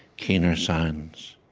keener sounds.